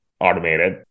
automated